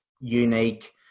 unique